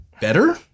better